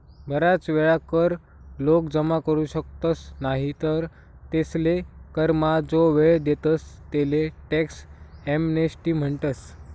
बराच वेळा कर लोक जमा करू शकतस नाही तर तेसले करमा जो वेळ देतस तेले टॅक्स एमनेस्टी म्हणतस